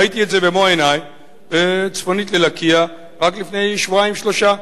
ראיתי את זה במו-עיני צפונית ללקיה רק לפני שבועיים-שלושה.